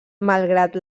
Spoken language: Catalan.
malgrat